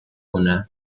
una